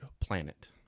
planet